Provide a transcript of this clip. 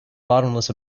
bottomless